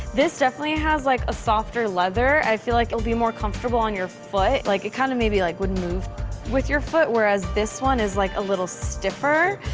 this definitely has like a softer leather. i feel like it'll be more comfortable on your foot. like it kind of maybe like wouldn't move with your foot, whereas this one is like a little stiffer.